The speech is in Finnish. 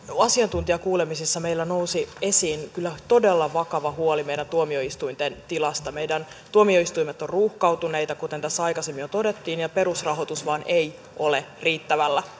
asiantuntijakuulemisissa meillä nousi esiin kyllä todella vakava huoli meidän tuomioistuinten tilasta meidän tuomioistuimet ovat ruuhkautuneita kuten tässä aikaisemmin jo todettiin ja perusrahoitus ei vain ole riittävällä